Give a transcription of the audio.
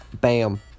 Bam